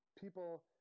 people